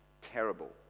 terrible